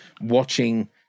watching